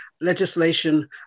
legislation